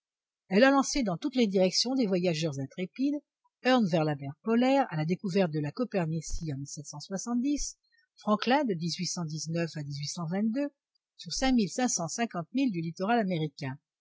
elle a lancé dans toutes les directions des voyageurs intrépides hearn vers la mer polaire à la découverte de la coppernicie en franklin de à sur cinq mille cinq cent cinquante milles du littoral américain